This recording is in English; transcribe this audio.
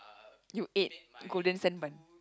you ate golden sand bun